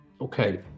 okay